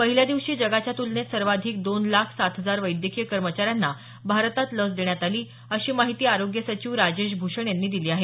पहिल्या दिवशी जगाच्या तुलनेत सर्वांधिक दोन लाख सात हजार वैद्यकीय कर्मचाऱ्यांना भारतात लस देण्यात आली अशी माहिती आरोग्य सचिव राजेश भूषण यांनी दिली आहे